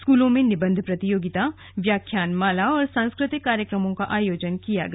स्कूलों में निबन्ध प्रतियोगिता व्याख्यानमाला और सांस्कृतिक कार्यक्रमों का आयोजन किया गया